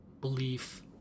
belief